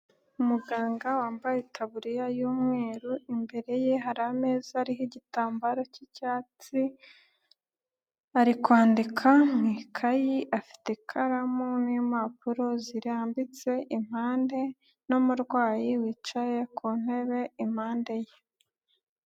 Muganga wambaye itaburiya y'umweru, imbere ye hari ameza ariho igitambaro k'icyatsi, ari kwandika mu ikayi, afite ikaramu n'impapuro zirambitse impande n'umurwayi wicaye ku ntebe impande ye.